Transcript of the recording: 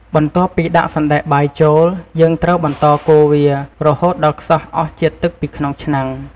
បន្ទាប់ពីដាក់សណ្ដែកបាយចូល យើងត្រូវបន្តកូរវា រហូតដល់ខ្សោះអស់ជាតិទឹកពីក្នុងឆ្នាំង។